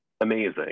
amazing